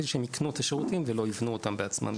כדי שהן יקנו את השירותים ולא יבנו אותם בעצמן,